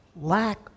lack